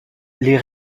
les